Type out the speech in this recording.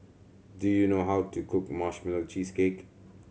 do you know how to cook Marshmallow Cheesecake